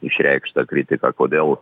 išreikštą kritiką kodėl